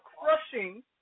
crushing